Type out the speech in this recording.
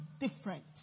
different